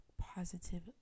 positive